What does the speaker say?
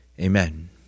amen